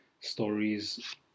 stories